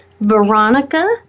Veronica